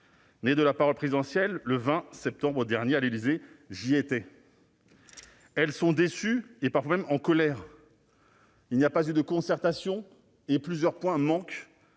né de la volonté présidentielle, le 20 septembre dernier, à l'Élysée- j'y étais. Elles sont déçues et parfois même en colère. Il n'y a pas eu de concertation et ce texte présente